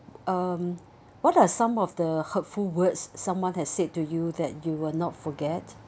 um what are some of the hurtful words someone has said to you that you will not forget